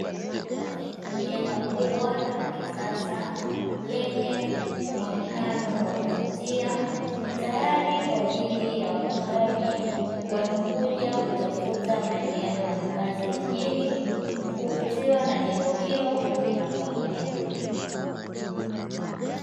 Jengo kubwa na la kisasa lenye muonekano wa kuvutia, tayari kwa ajili ya wapangaji wanaokuja kutafuta maeneo ya makazi mjini kuvutiwa na jengo hilo na kuhamia.